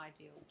ideal